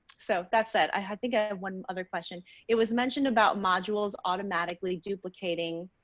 so that's it. i had to get one other question. it was mentioned about modules automatically duplicating